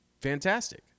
fantastic